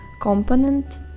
component